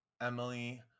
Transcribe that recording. Emily